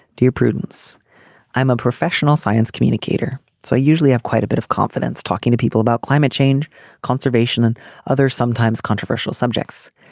dear prudence i'm a professional science communicator so i usually have quite a bit of confidence talking to people about climate change conservation and other sometimes controversial subjects.